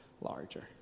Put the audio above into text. larger